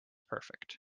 perfect